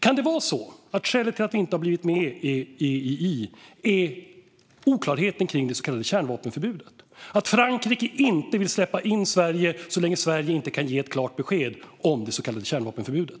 Kan det vara så att skälet till att vi inte blivit medlem i EII är oklarheten kring det så kallade kärnvapenförbudet, att Frankrike inte vill släppa in Sverige så länge Sverige inte kan ge ett klart besked om det så kallade kärnvapenförbudet?